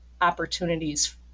opportunities